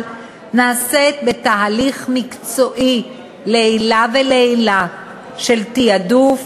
נעשית בתהליך מקצועי לעילא ולעילא של תעדוף